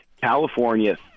California